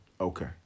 Okay